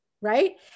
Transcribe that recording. Right